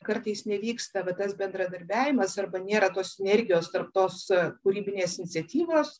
kartais nevyksta va tas bendradarbiavimas arba nėra tos energijos tarp tos kūrybinės iniciatyvos